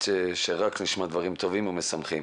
שרק נשמע דברים טובים ומשמחים.